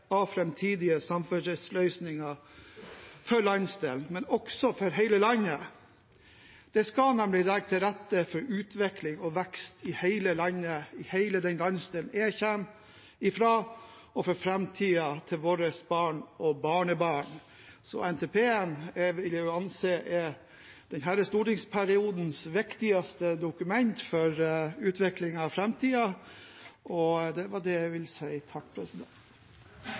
av framtidige samferdselsløsninger for landsdelen, men også for hele landet. Det skal nemlig legge til rette for utvikling og vekst i hele landet, i hele den landsdelen jeg kommer fra, og for framtiden til våre barn og barnebarn. NTP-en er å anse som denne stortingsperiodens viktigste dokument for utvikling av framtiden. Når jeg sitter og hører på denne debatten, må jeg si